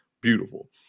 beautiful